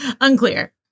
Unclear